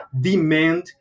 demand